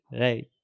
Right